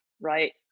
right